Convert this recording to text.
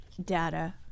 data